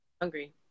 hungry